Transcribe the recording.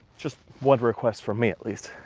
just one request from me at least.